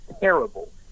terrible